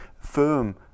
firm